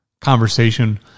conversation